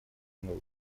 мной